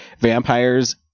vampires